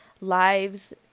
lives